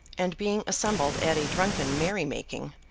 and being assembled at a drunken merry-making,